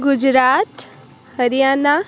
Gujarat Haryana